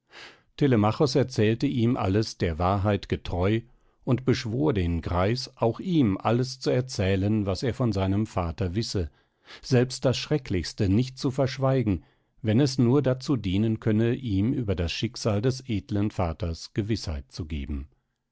erzählte ihm alles der wahrheit getreu und beschwor den greis auch ihm alles zu erzählen was er von seinem vater wisse selbst das schrecklichste nicht zu verschweigen wenn es nur dazu dienen könne ihm über das schicksal des edlen vaters gewißheit zu geben